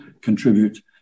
contribute